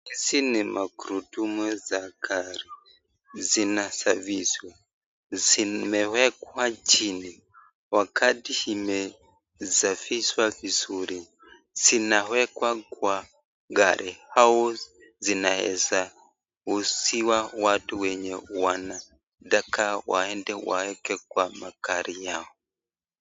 Hizi ni magurudumu za gari, zinasafishwa, zimewekwa chini. Wakati imesafishwa vizuri zinawekwa kwa gari au zinaeza uziwa watu wenye wanataka waede waeke kwa magari yao.